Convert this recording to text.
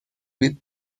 with